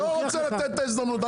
לא רוצה לתת את ההזדמנות.